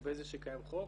לגבי זה שקיים חוק,